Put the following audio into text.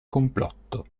complotto